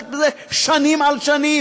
עסקת בזה שנים על שנים,